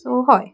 so हय